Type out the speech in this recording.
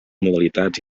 modalitats